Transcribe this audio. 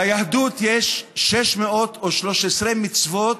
ליהדות יש 613 מצוות,